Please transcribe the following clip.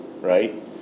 right